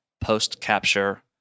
post-capture